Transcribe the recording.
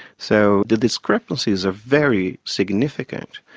so the discrepancies are very significant.